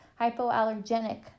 hypoallergenic